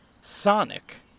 Sonic